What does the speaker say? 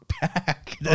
back